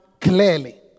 clearly